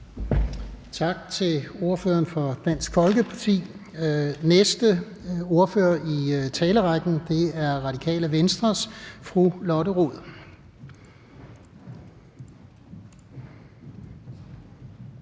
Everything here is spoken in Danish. Tak til ordføreren fra Dansk Folkeparti. Den næste ordfører i talerrækken er fru Lotte Rod